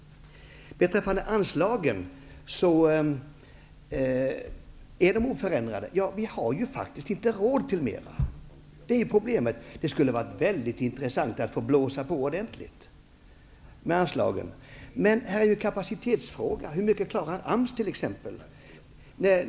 Anslagen är oförändrade. Vi har faktiskt inte råd med mera. Det är problemet. Det skulle vara väldigt intressant att få blåsa på ordentligt med anslagen. Men det är en kapacitetsfråga. Hur mycket klarar t.ex. AMS?